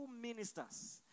ministers